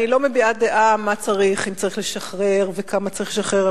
אני לא מביעה דעה מה צריך ואם צריך לשחרר וכמה צריך לשחרר.